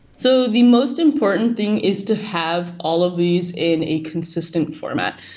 so the most important thing is to have all of these in a consistent format.